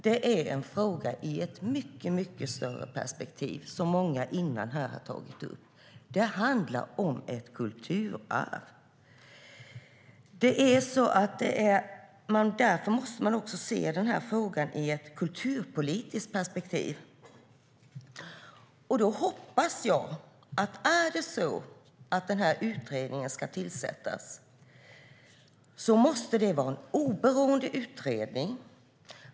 Det är en fråga i ett mycket större perspektiv, vilket många har tagit upp här tidigare. Det handlar om ett kulturarv. Därför måste man också se denna fråga ur ett kulturpolitiskt perspektiv. Om denna utredning ska tillsättas måste det vara en oberoende utredning.